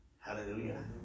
Hallelujah